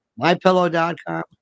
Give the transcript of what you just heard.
MyPillow.com